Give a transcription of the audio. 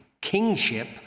kingship